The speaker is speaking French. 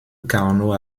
carnot